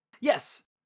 Yes